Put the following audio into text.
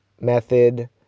method